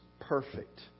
perfect